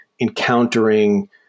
encountering